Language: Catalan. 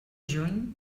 juny